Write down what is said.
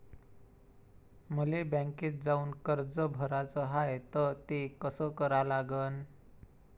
मले बँकेत जाऊन कर्ज भराच हाय त ते कस करा लागन?